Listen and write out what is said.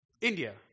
India